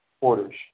orders